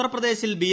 ഉത്തർപ്രദേശിൽ ബി